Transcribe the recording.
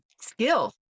skill